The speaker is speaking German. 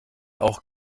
auch